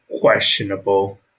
questionable